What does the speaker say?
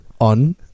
on